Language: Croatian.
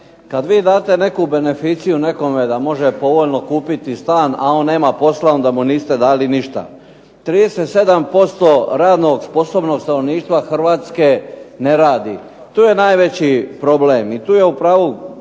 Kad vi date neku beneficiju nekome da može povoljno kupiti stan a on nema posla onda mu niste dali ništa. 37% radno sposobnost stanovništva Hrvatske ne radi. To je najveći problem i tu je u pravu